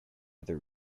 other